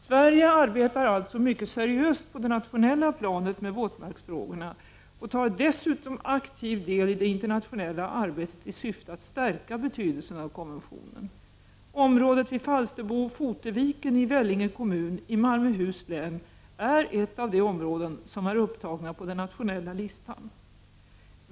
Sverige arbetar alltså mycket seriöst på det nationella planet med våtmarksfrågorna och tar dessutom aktiv del i det internationella arbetet i syfte att stärka betydelsen av konventionen. Området vid Falsterbo-Foteviken i Vellinge kommun i Malmöhus län är ett av de områden som är upptagna på den nationella listan.